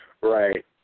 Right